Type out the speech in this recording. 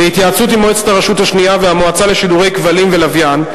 בהתייעצות עם מועצת הרשות השנייה והמועצה לשידורי כבלים ולוויין,